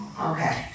Okay